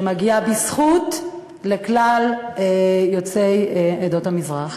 שמגיע בזכות לכלל יוצאי עדות המזרח.